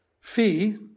fee